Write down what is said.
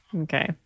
Okay